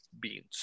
beans